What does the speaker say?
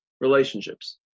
relationships